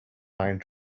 pine